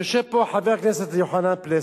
יושב פה חבר הכנסת יוחנן פלסנר,